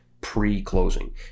pre-closing